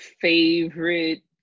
favorite